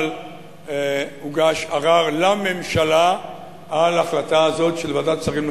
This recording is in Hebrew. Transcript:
אבל הוגש ערר לממשלה על ההחלטה הזאת של ועדת השרים לחקיקה.